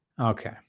Okay